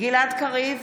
גלעד קריב,